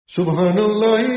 Subhanallah